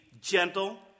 gentle